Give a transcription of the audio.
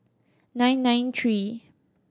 nine nine three